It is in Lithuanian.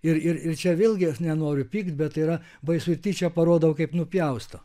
ir ir čia vėlgi aš nenoriu pykti bet yra baisu ir tyčia parodau kaip nupjausto